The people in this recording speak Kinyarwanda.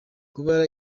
kubera